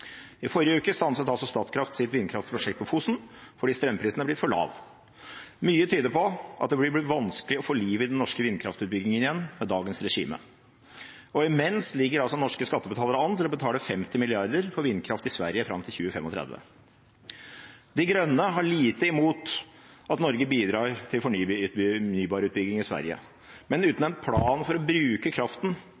I forrige uke stanset altså Statkraft sitt vindkraftprosjekt på Fosen fordi strømprisen er blitt for lav. Mye tyder på at det vil bli vanskelig å få liv i den norske vindkraftutbyggingen igjen med dagens regime. Imens ligger norske skattebetalere an til å betale 50 mrd. kr for vindkraft i Sverige fram til 2035. De Grønne har lite imot at Norge bidrar til fornybarutbygging i Sverige. Men uten en plan for å bruke kraften